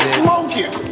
smoking